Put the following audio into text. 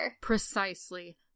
precisely